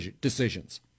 decisions